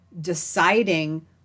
deciding